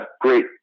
great